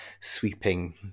sweeping